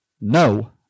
no